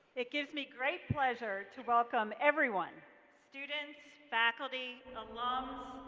it gives me great pleasure to welcome everyone students, faculty, alumns,